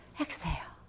exhale